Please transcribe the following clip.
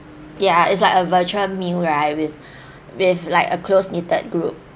ya it's like a virtual meal right with with like a close knitted group